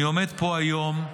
אני עומד פה היום,